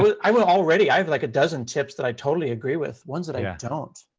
i was all ready. i have, like, a dozen tips that i totally agree with. ones that i yeah don't.